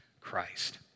Christ